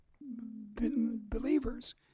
believers